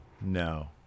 No